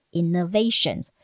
innovations